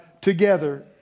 together